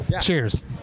Cheers